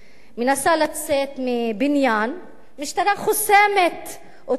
מנסה לצאת מבניין והמשטרה חוסמת אותם